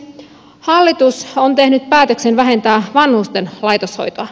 hallitus on tehnyt päätöksen vähentää vanhusten laitoshoitoa